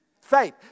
faith